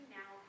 now